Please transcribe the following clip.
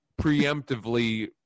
preemptively